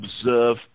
observe